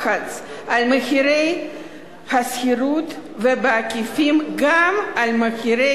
לחץ, על מחירי השכירות, ובעקיפין גם על מחירי